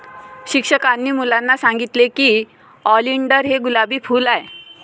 शिक्षकांनी मुलांना सांगितले की ऑलिंडर हे गुलाबी फूल आहे